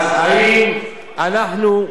אז האם אנחנו,